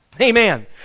amen